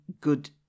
good